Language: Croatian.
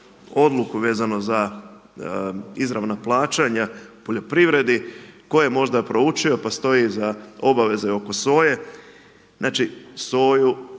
odluku vezano za izravna plaćanja u poljoprivredi tko je možda proučio, pa stoji za obaveze oko soje, znači soju,